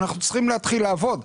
אנחנו צריכים להתחיל לעבוד.